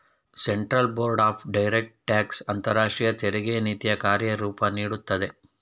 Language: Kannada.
central board of direct tax ಅಂತರಾಷ್ಟ್ರೀಯ ತೆರಿಗೆ ನೀತಿಯ ಕಾರ್ಯರೂಪ ನೀಡುತ್ತದೆ